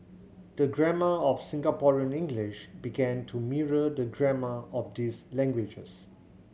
the grammar of Singaporean English began to mirror the grammar of these languages